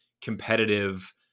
competitive